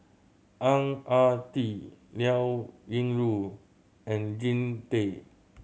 Ang Ah Tee Liao Yingru and Jean Tay